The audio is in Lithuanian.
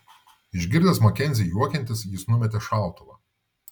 išgirdęs makenzį juokiantis jis numetė šautuvą